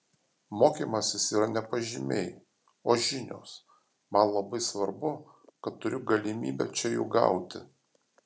mokymasis yra ne pažymiai o žinios man labai svarbu kad turiu galimybę čia jų gauti